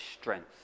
strength